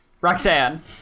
Roxanne